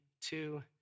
Two